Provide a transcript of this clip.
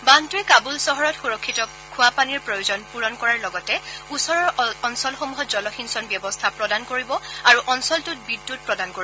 বান্ধটোৱে কাবুল চহৰত সুৰক্ষিত খোৱাপানীৰ প্ৰয়োজন পূৰণ কৰিব ওচৰৰ অঞ্চলসমূহত জলসিঞ্চনৰ পানী প্ৰদান কৰিব আৰু অঞ্চলটোত বিদ্যুৎ প্ৰদান কৰিব